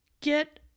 get